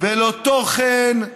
ולא תוכן,